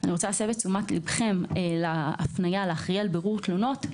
אני רוצה להסב את תשומת ליבכם להפניה לאחראי על בירור תלונות,